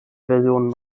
version